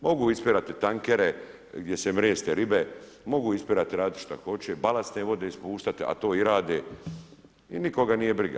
Mogu ispirati tankere gdje se mreste ribe, mogu ispirati, raditi šta hoće, balasne vode ispuštati a to i rade i nikoga nije briga.